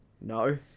No